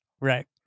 Right